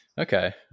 Okay